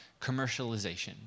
commercialization